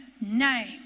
name